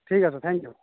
ঠিক আছে thank U